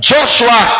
Joshua